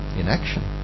inaction